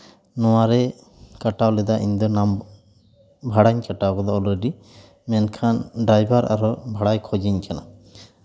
ᱱᱚᱣᱟ ᱨᱮ ᱠᱟᱴᱟᱣ ᱞᱮᱫᱟ ᱤᱧ ᱫᱚ ᱱᱟᱢ ᱵᱷᱟᱲᱟᱧ ᱠᱟᱴᱟᱣ ᱠᱟᱫᱟ ᱚᱞᱨᱮᱰᱤ ᱢᱮᱱᱠᱷᱟᱱ ᱰᱟᱭᱵᱷᱟᱨ ᱟᱨᱚ ᱵᱷᱟᱲᱟᱭ ᱠᱷᱚᱡᱤᱧ ᱠᱟᱱᱟ